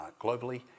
globally